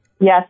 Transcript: Yes